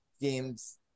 games